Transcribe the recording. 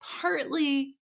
partly